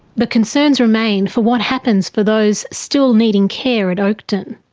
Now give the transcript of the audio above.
but concerns remain for what happens for those still needing care at oakden.